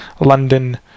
London